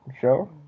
show